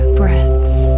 breaths